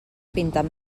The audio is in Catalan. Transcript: pintant